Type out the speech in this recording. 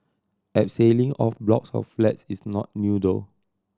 abseiling off blocks of flats is not new though